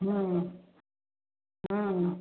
ହୁଁ ହୁଁ